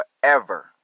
forever